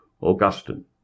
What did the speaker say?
Augustine